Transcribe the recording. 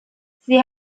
sie